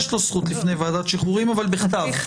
יש לו זכות לפני ועדת שחרורים, אבל בכתב.